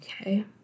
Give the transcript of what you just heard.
Okay